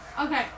Okay